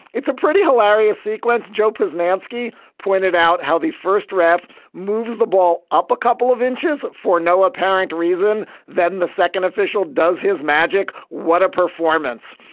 it's a pretty hilarious sequence joe has nancy pointed out how the first ref moves the ball up a couple of inches for no apparent reason. then the second official does his magic. what a performance.